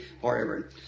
forever